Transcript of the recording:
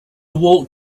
walk